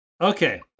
Okay